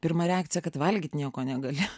pirma reakcija kad valgyt nieko negali